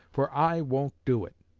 for i won't do it